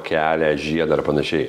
kelią žiedą ir panašiai